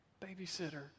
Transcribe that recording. babysitter